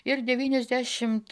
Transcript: ir devyniasdešimt